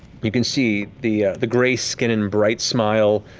you can see the the gray skin and bright smile,